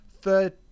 third